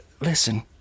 Listen